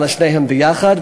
אלא את שניהם יחד,